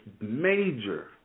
major